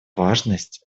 важность